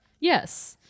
Yes